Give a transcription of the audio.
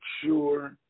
sure